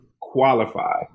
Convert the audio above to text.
qualify